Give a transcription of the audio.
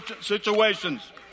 situations